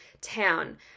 town